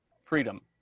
freedom